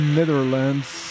Netherlands